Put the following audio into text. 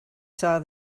saw